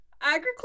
agriculture